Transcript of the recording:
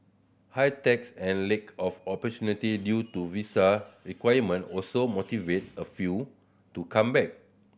high tax and lack of opportunity due to visa requirement also motivate a few to come back